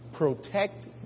Protect